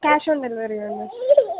cash on delivery అండి